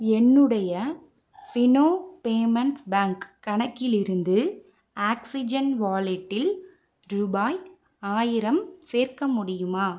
என்னுடைய Fino payments bank கணக்கிலிருந்து oxygen வாலெட்டில் ரூபாய் ஆயிரம் சேர்க்க முடியுமா